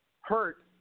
hurt